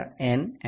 D 1n M